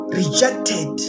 rejected